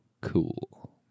cool